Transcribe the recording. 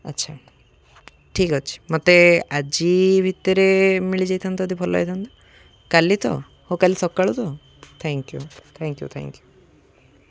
ଆଚ୍ଛା ଠିକ୍ ଅଛି ମୋତେ ଆଜି ଭିତରେ ମିଳିଯାଇଥାନ୍ତା ଯଦି ଭଲ ହେଇଥାନ୍ତୁ କାଲି ତ ହଉ କାଲି ସକାଳୁ ତ thank you thank you thank you